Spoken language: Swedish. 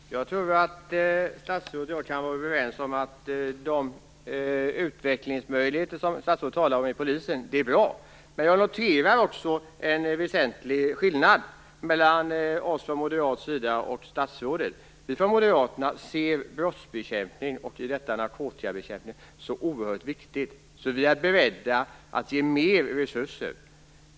Fru talman! Jag tror att statsrådet och jag kan vara överens om att de utvecklingsmöjligheter som statsrådet talar om inom polisen är bra. Men jag noterar också en väsentlig skillnad mellan oss från moderat sida och statsrådet. Vi moderater ser brottsbekämpningen, i detta fall narkotikabekämpningen, som så oerhört viktig att vi är beredda att ge mer resurser.